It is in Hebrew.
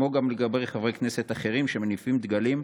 כמו גם על חברי כנסת אחרים שמניפים דגלים,